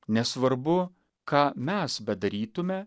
nesvarbu ką mes bedarytume